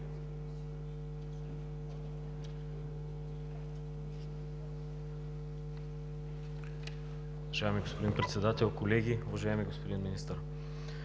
Уважаеми господин Председател, колеги! Уважаеми господин Министър,